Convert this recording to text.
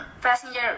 passenger